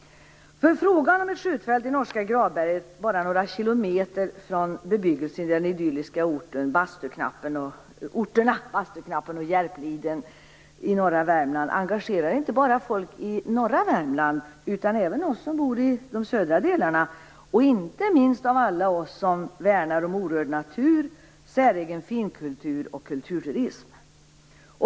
Frågan om ett skjutfält i norska Gravberget, bara några kilometer från bebyggelsen i de idylliska orterna Bastuknappen och Järpliden i norra Värmland, engagerar inte bara folk i norra Värmland utan även dem som bor i de södra delarna, och inte minst alla oss som värnar om orörd natur, säregen finnkultur och kulturturism.